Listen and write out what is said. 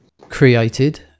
created